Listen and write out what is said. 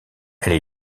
elle